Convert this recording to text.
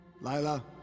Lila